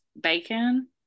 bacon